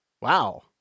wow